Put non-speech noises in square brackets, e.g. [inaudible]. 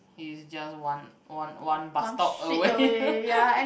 is just one one one bus stop away [laughs]